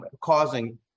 causing